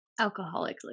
alcoholically